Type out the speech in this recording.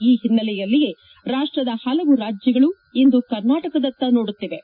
ಈ ಹಿನ್ನೆಲೆಯಲ್ಲಿಯೇ ರಾಷ್ಟದ ಹಲವು ರಾಜ್ಯಗಳು ಇಂದು ಕರ್ನಾಟಕದತ್ತ ನೋಡುತ್ತಿವೆ